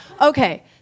Okay